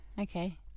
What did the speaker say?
Okay